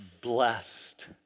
blessed